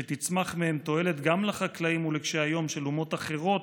שתצמח מהם תועלת גם לחקלאים ולקשי היום של אומות אחרות,